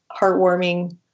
heartwarming